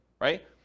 right